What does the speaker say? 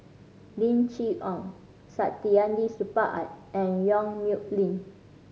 Lim Chee Onn Saktiandi Supaat and Yong Nyuk Lin